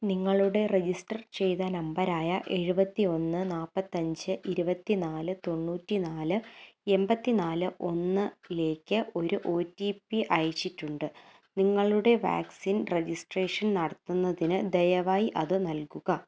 നിങ്ങളുടെ രജിസ്റ്റർ ചെയ്ത നമ്പറായ എഴുപത്തിയൊന്ന് നാൽപ്പത്തഞ്ചു ഇരുപത്തിനാല് തൊണ്ണൂറ്റിനാല് എൺപത്തിനാല് ഒന്ന് ലേക്ക് ഓ ടി പി അയച്ചിട്ടുണ്ട് നിങ്ങളുടെ വാക്സിൻ രജിസ്ട്രേഷൻ നടത്തുന്നതിന് ദയവായി അത് നൽകുക